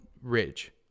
ridge